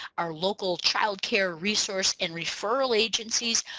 our local childcare resource and referral agencies,